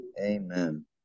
Amen